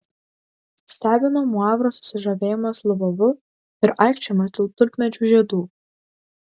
stebino muavro susižavėjimas lvovu ir aikčiojimas dėl tulpmedžių žiedų